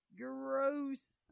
Gross